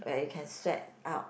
when you can sweat out